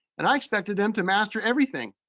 and i expected them to master everything.